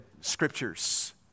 scriptures